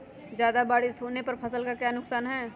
ज्यादा बारिस होने पर फसल का क्या नुकसान है?